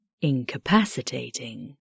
incapacitating